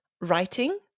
writing